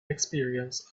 experience